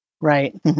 Right